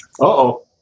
Uh-oh